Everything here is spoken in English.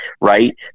right